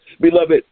Beloved